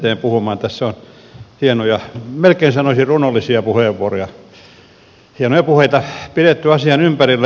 tässä on hienoja melkein sanoisin runollisia puheita pidetty asian ympärillä